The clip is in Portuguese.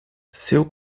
seu